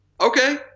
Okay